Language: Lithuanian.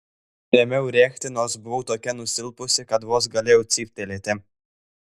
ėmiau rėkti nors buvau tokia nusilpusi kad vos galėjau cyptelėti